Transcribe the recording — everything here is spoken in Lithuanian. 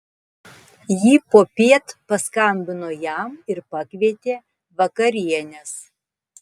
ji popiet paskambino jam ir pakvietė vakarienės